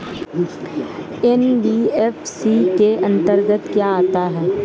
NBFC के अंतर्गत क्या आता है?